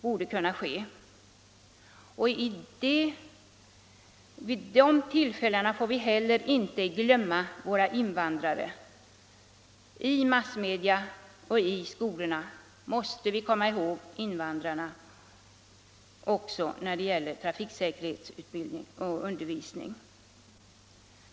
Vid dessa tillfällen får vi inte glömma invandrarna. I massmedia och i skolorna måste vi komma ihåg invandrarna också när det gäller trafiksäkerhetsundervisningen.